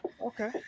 okay